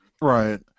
Right